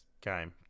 game